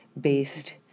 based